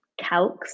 calcs